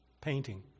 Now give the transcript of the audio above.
painting